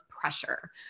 pressure